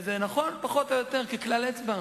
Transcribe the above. זה נכון, פחות או יותר, ככלל אצבע.